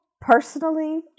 personally